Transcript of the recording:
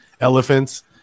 elephants